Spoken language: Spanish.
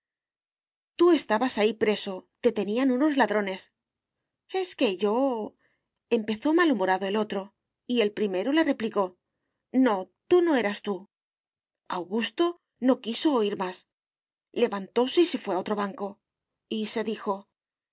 tú estabas ahí preso te tenían unos ladrones es que yo empezó malhumorado el otro y el primero le replicó no tú no eras tú augusto no quiso oir más levantóse y se fué a otro banco y se dijo